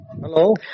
Hello